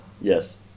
yes